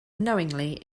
knowingly